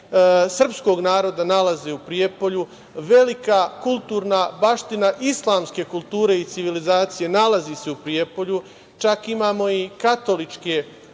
srpskog naroda nalaze u Prijepolju. Velika kulturna baština islamske kulture i civilizacije nalazi se u Prijepolju, čak imamo i katoličke